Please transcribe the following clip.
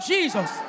Jesus